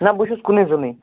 نہ بہٕ چھُس کُنُے زونُے